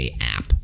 app